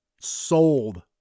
sold